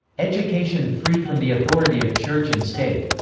education free from the authority of church and state.